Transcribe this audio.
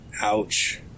Ouch